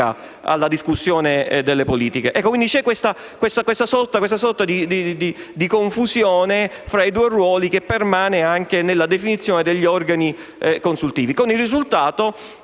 alla discussione delle politiche. Questa sorta di confusione fra i due ruoli permane anche nella definizione degli organi consultivi, con il risultato